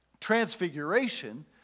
transfiguration